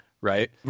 Right